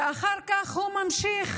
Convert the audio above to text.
ואחר כך הוא ממשיך